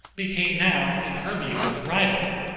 became now, in her view, a rival,